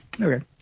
Okay